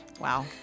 Wow